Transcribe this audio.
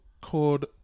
called